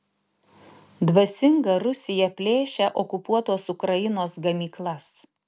dvasinga rusija plėšia okupuotos ukrainos gamyklas